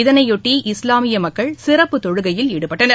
இதனையொட்டி இஸ்லாமிய மக்கள் சிறப்பு தொழுகையில் ஈடுபட்டனர்